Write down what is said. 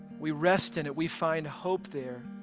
we rest in it. we find hope there,